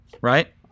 Right